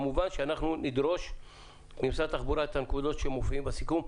כמובן שאנחנו נדרוש ממשרד התחבורה את הנקודות שמופיעות בסיכום.